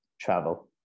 travel